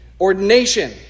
ordination